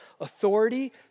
authority